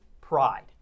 pride